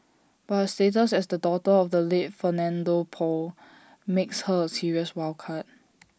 but her status as the daughter of the late Fernando Poe makes her A serious wild card